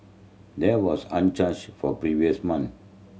there was uncharged for previous month